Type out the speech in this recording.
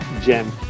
gem